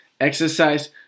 Exercise